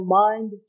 mind